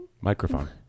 Microphone